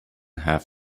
have